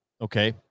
okay